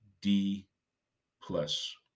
D-plus